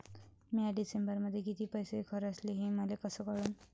म्या डिसेंबरमध्ये कितीक पैसे खर्चले मले कस कळन?